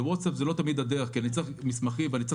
בוואטסאפ זה לא תמיד הדרך כי אני צריך לקבל מסמכים.